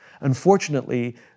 Unfortunately